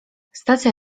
stacja